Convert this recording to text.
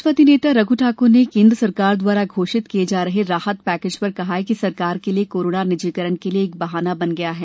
समाजवादी नेता रघु ठाकुर ने केंद्र सरकार द्वारा घोषित किए जा रहे राहत पैकेज पर कहा कि सरकार के लिए कोरोना निजीकरण के लिए एक बहाना बन गया है